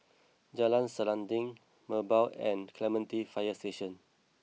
Jalan Selanting Merbau and Clementi Fire Station